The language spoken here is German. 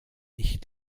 ich